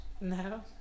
No